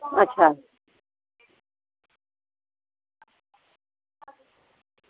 अच्छा